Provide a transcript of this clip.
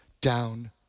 down